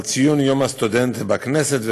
על ציון יום הסטודנט בכנסת,